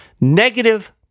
negative